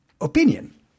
opinion